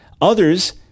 Others